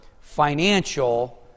financial